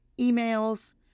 emails